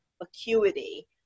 Acuity